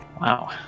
Wow